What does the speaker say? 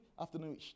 afternoon